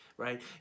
right